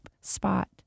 spot